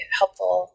helpful